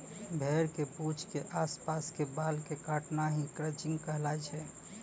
भेड़ के पूंछ के आस पास के बाल कॅ काटना हीं क्रचिंग कहलाय छै